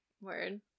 Word